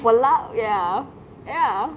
wala~ ya ya